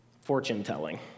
fortune-telling